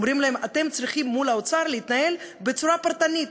אומרים להם: אתם צריכים מול האוצר להתנהל בצורה פרטנית,